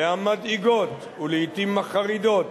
והמדאיגות, ולעתים מחרידות,